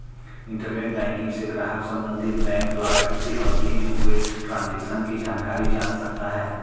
internet banking से ग्राहक संबंधित बैंक द्वारा किसी अवधि में हुए ट्रांजेक्शन की जानकारी जान सकता है